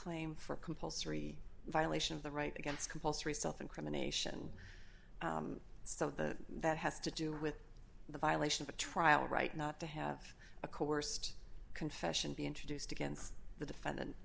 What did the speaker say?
compulsory violation of the right against compulsory self incrimination so the that has to do with the violation of a trial right not to have a coerced confession be introduced against the defendant